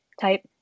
type